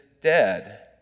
dead